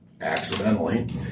accidentally